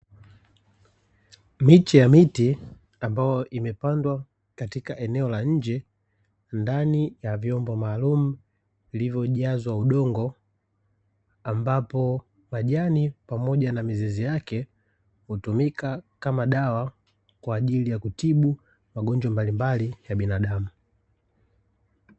Miche ya miti ambayo imepandwa katika eneo la nje, ndani ya vyombo maalumu vilivyojazwa udongo, ambapo majani pamoja na mizizi yake hutumika kama dawa kwa ajili ya kutibu magonjwa mbalimbali ya binadamu.